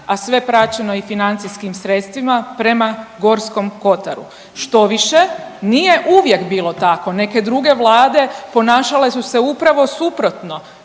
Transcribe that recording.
a sve praćeno i financijskim sredstvima prema Gorskom kotaru, štoviše nije uvijek bilo tako. Neke druge vlade ponašale su se upravo suprotno,